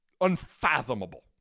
unfathomable